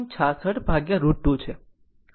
66 √ 2 છે